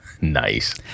Nice